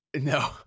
No